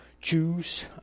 choose